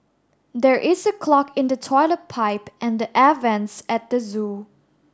there is a clog in the toilet pipe and the air vents at the zoo